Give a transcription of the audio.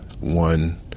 one